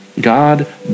God